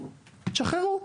תשחררו,